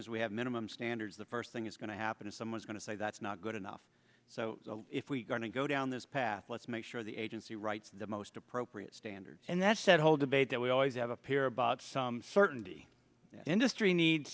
as we have minimum standards the first thing is going to happen is someone's going to say that's not good enough so if we're going to go down this path let's make sure the agency writes the most appropriate standards and that said whole debate that we always have a peer about some certainty industry needs